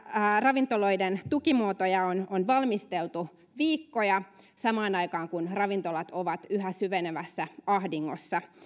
ravintoloiden tukimuotoja on on valmisteltu viikkoja samaan aikaan kun ravintolat ovat yhä syvenevässä ahdingossa